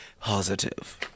positive